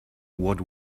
what